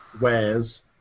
Wares